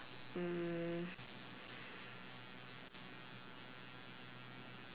mm